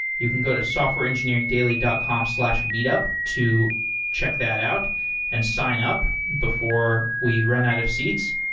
you can go to softwareengineeringdaily dot com slash meetup to check that out and sign up before we ran out of seats.